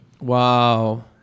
Wow